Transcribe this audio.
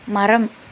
மரம்